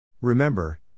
Remember